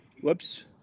whoops